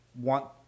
want